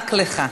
רק לך.